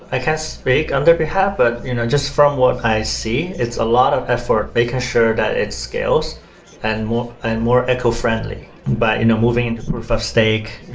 i can't speak on their behalf, but you know just from what i see, it's a lot of effort making sure that it scales and more and more ecofriendly by and moving into proof of stake,